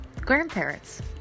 grandparents